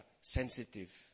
sensitive